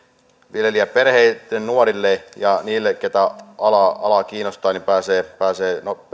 viljelijäperheitten nuorille ja niille keitä ala kiinnostaa pääsee pääsee